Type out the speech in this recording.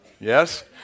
yes